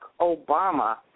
Obama